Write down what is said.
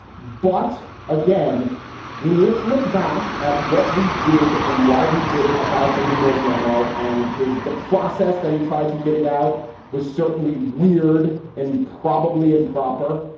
but again, i mean, let's look back at what we did and why we did it about the nunez memo and his the process that he tried to get it out was certainly weird and probably improper.